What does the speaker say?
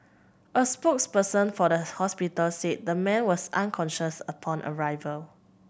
a spokesperson for the hospital said the man was unconscious upon arrival